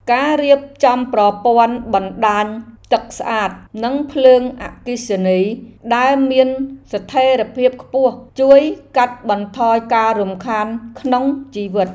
ការរៀបចំប្រព័ន្ធបណ្តាញទឹកស្អាតនិងភ្លើងអគ្គិសនីដែលមានស្ថិរភាពខ្ពស់ជួយកាត់បន្ថយការរំខានក្នុងជីវិត។